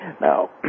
Now